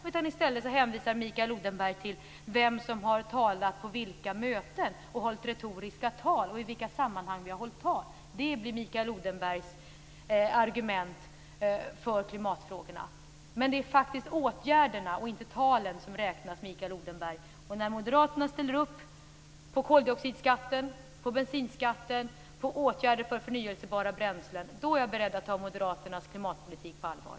I stället hänvisar Mikael Odenberg till vem som har talat på vilka möten, hållit retoriska tal och i vilka sammanhang som vi har hållit tal. Det blir Mikael Odenbergs argument för klimatfrågorna. Men det är faktiskt åtgärderna och inte talen som räknas, Mikael När Moderaterna ställer upp på koldioxidskatten, på bensinskatten och på åtgärder för förnyelsebara bränslen är jag beredd att ta Moderaternas klimatpolitik på allvar.